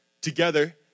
together